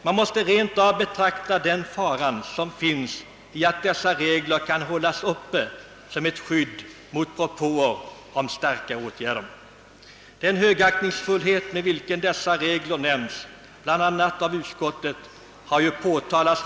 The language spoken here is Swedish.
Man måste rent av beakta den fara som finns att dessa regler kan hållas upp som ett »skydd» mot propåer om starkare åtgärder. Den högaktningsfullhet med vilken dessa regler nämns, bl.a. av utskottet i dess utlåtande, kan tyda på någonting sådant.